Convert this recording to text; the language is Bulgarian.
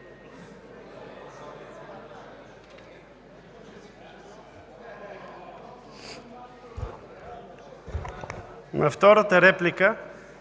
На втората реплика: